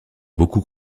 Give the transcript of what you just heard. beaucoup